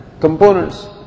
components